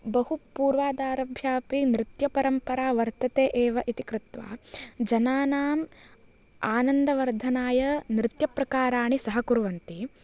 बहु पूर्वादारभ्यापि नृत्यपरम्परा वर्तते एव इति कृत्वा जनानाम् आनन्दवर्धनाय नृत्यप्रकाराणि सहकुर्वन्ति